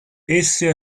esse